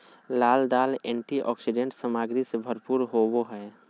लाल दाल एंटीऑक्सीडेंट सामग्री से भरपूर होबो हइ